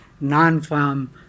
non-farm